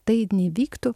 tai neįvyktų